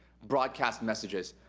broadcast messages.